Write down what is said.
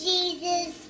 Jesus